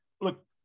Look